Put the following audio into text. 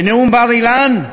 בנאום בר-אילן,